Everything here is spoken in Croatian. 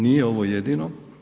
Nije ovo jedino.